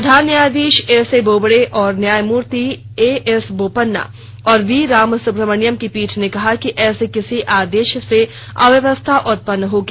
प्रधान न्यायाधीश S A Bobde तथा न्यायामूर्ति एएस बोपन्ना और वी रामासुब्रह्मण्यम की पीठ ने कहा कि ऐसे किसी आदेश से अव्यवस्था उत्पन्न होगी